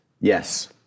Yes